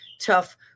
tough